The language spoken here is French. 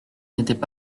n’étaient